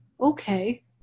okay